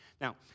Now